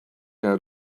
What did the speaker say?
out